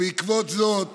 בעקבות זאת